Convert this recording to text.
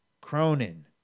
Cronin